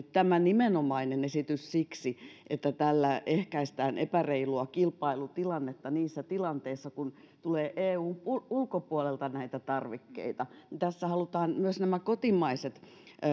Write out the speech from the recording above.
tämä nimenomainen esitys on tehty siksi että tällä ehkäistään epäreilua kilpailutilannetta niissä tilanteissa kun tulee eun ulkopuolelta näitä tarvikkeita eli tässä halutaan myös nämä kotimaiset